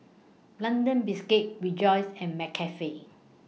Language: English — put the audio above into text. London Biscuits Rejoice and McCafe